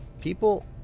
people